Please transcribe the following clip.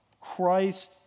Christ